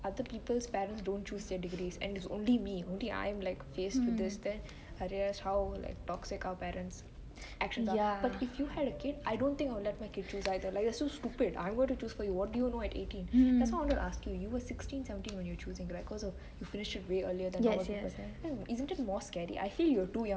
other people's parents don't choose their degrees and it's only me only I'm like faced with this then I realised how toxic our parents actually are but if you had a kid I don't think I'll let my kid choose either like they're so stupid I'm going to choose for you what do you know at eighteen that's why I want to ask you you were sixteen seventeen when you were choosing right because you finished your way earlier than a normal person then isn't it more scary I feel you were too young